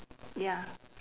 ya